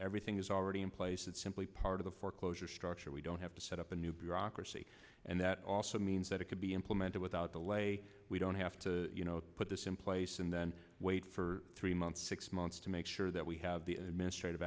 everything is already in place it's simply part of the foreclosure structure we don't have to set up a new bureaucracy and that also means that it could be implemented without delay we don't have to you know put this in place and then wait for three months six months to make sure that we have the administrative